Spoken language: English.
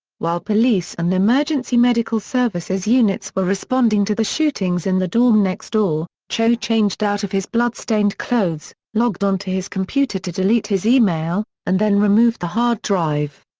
while police and emergency medical services units were responding to the shootings in the dorm next door, cho changed out of his bloodstained clothes, logged on to his computer to delete his e-mail, and then removed the hard drive.